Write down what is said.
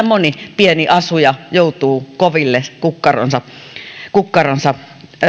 moni pieni asuja joutuu koville kukkaronsa kukkaronsa